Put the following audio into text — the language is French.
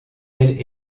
elle